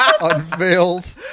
unveiled